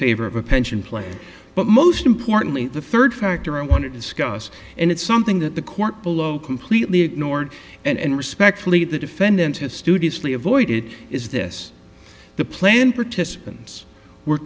favor of a pension plan but most importantly the third factor i want to discuss and it's something that the court below completely ignored and respectfully the defendant to studiously avoided is this the plan participants were